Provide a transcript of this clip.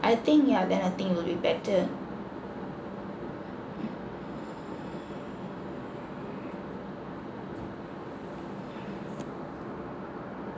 I think yeah then I think it will be better